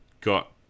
got